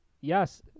Yes